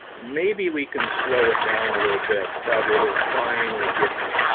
maybe we can slow it down a little bit but it'll finally get you.